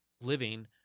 living